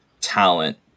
talent